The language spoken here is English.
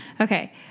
Okay